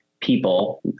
people